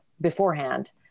beforehand